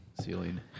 ceiling